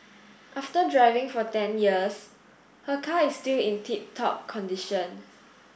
after driving for ten years her car is still in tip top condition